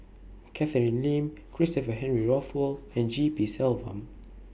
Catherine Lim Christopher Henry Rothwell and G P Selvam